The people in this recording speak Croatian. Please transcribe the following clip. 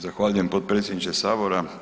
Zahvaljujem potpredsjedniče Sabora.